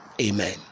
Amen